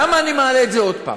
למה אני מעלה את זה עוד פעם?